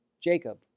Jacob